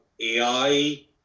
AI